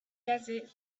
desert